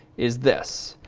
is this.